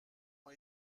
ont